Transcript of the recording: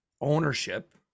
ownership